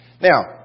Now